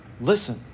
listen